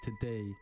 today